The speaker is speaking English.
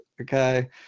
okay